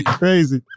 crazy